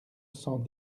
cent